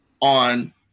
on